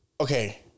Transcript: okay